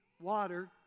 water